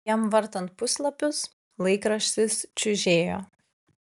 jam vartant puslapius laikraštis čiužėjo